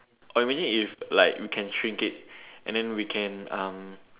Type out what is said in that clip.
oh imagine if you like can shrink it and then we can um